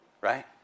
Right